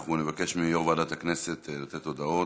אנחנו נבקש מיושב-ראש ועדת הכנסת לתת הודעות.